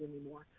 anymore